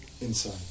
inside